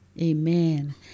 Amen